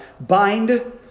Bind